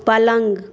पलङ्ग